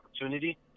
opportunity